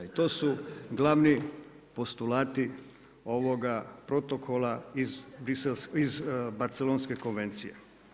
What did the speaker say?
I to su glavni postulati ovoga protokola iz Barcelonske konvencije.